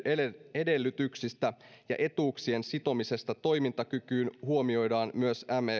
edellytyksistä ja etuuksien sitomisesta toimintakykyyn huomioidaan myös me